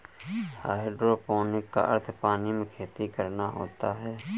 hydroponic का अर्थ पानी में खेती करना होता है